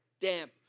damp